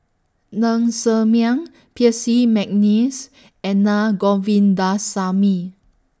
Ng Ser Miang Percy Mcneice and Naa Govindasamy